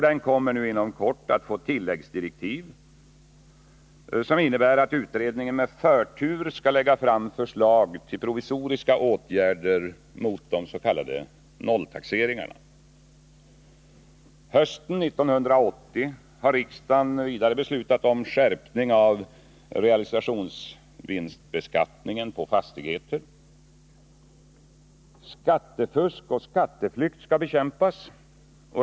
Den kommer inom kort att få tilläggsdirektiv, som innebär att utredningen med förtur skall lägga fram förslag till provisoriska åtgärder mot de s.k. nolltaxeringarna. Hösten 1980 har riksdagen vidare beslutat om skärpning av realisationsvinstskatten på fastigheter. Skattefusk och skatteflykt skall bekämpas.